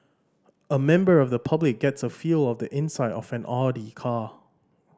a member of the public gets a feel of the inside of an Audi car